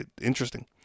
Interesting